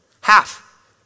Half